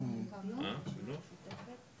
אדוני היושב-ראש,